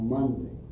Monday